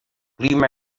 clima